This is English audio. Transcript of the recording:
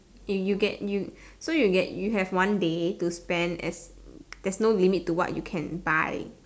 eh you get you so you get you have one day to spend this there's no limit to what you can buy